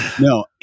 No